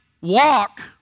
walk